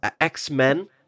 X-Men